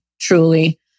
truly